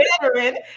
veteran